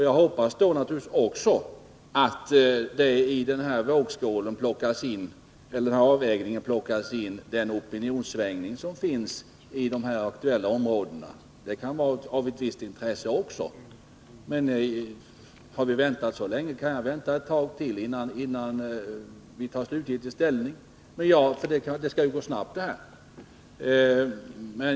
Jag hoppas då naturligtvis också att man i avvägningen tar hänsyn till den opinionssvängning som förekommer i de här aktuella områdena till hans nackdel. Det kan också vara av ett visst intresse.